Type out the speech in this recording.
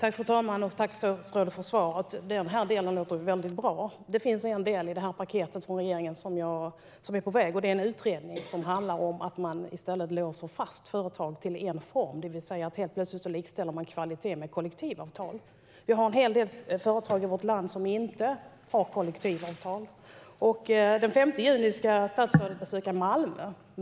Fru talman! Tack, statsrådet, för svaret! Den delen av arbetet låter bra. Det finns en del i paketet från regeringen som är på väg, nämligen en utredning om att i stället låsa fast företag till en fond. Helt plötsligt likställs kvalitet med kollektivavtal. Det finns en hel del företag i vårt land som inte har kollektivavtal. Den 5 juni ska statsrådet besöka Malmö.